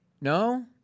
No